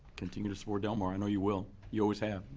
continue to support del mar, i know you will, you always have.